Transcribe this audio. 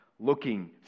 looking